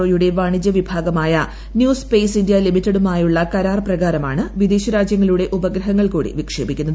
O യുടെ വാണിജ്യ വിഭാഗമായ ന്യൂ സ്പെയ്സ് ഇന്ത്യാ ലിമിറ്റഡുമായുള്ള കരാർ പ്രകാരമാണ് വിദേശ രാജ്യങ്ങളുടെ ഉപഗ്രഹങ്ങൾ കൂടി വിക്ഷേപിക്കുന്നത്